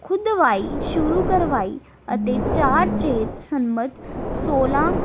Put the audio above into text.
ਖੁਦਵਾਈ ਸ਼ੁਰੂ ਕਰਵਾਈ ਅਤੇ ਚਾਰ ਚੇਤ ਸਨਮਤ ਸੋਲ਼੍ਹਾਂ